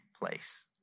place